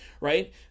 right